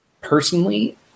personally